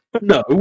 No